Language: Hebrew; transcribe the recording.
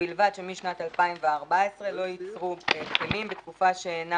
ובלבד שמשנת 2014 לא יוצרו פטמים בתקופה שאינה